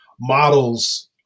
models